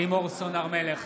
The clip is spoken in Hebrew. לימור סון הר מלך,